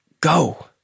go